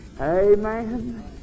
Amen